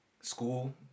school